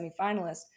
semifinalist